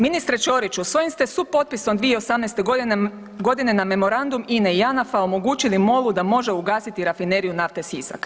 Ministre Ćoriću svojim ste supotpisom 2018. godine na memorandum INA-e, Janafa omogućili MOL-u da može ugasiti Rafineriju nafte Sisak.